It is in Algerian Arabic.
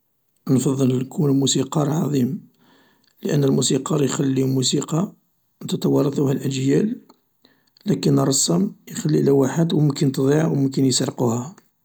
. نفضل نكون موسيقار عظيم لأن الموسيقار يخلي موسيقى تتوارثها الأجيال، لكن الرسام يخلي لوحات ممكن تضيع و ممكن يسرقوها